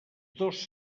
dos